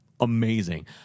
Amazing